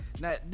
Now